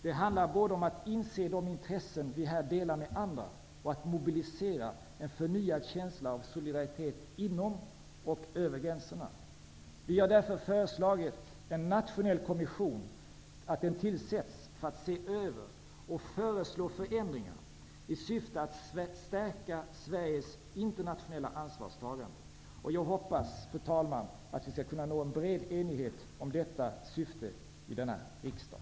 Det handlar både om att inse de intressen vi här delar med andra och att mobilisera en förnyad känsla av solidaritet inom och över gränserna. Vi har därför föreslagit att en nationell kommission tillsätts för att se över och föreslå förändringar i syfte att stärka Sveriges internationella ansvarstagande. Jag hoppas, fru talman, att vi skall kunna nå en bred enighet om detta syfte i denna riksdag.